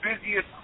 busiest